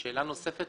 שאלה נוספת.